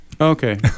okay